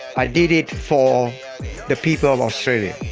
i did it for the people australia.